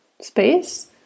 space